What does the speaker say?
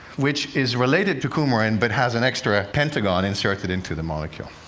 which is related to coumarin, but has an extra pentagon inserted into the molecule.